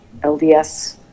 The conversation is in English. LDS